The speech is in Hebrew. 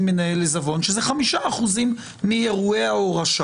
מנהל עיזבון שזה 5% מאירועי ההורשה